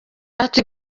ati